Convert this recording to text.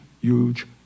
huge